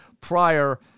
prior